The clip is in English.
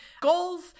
goals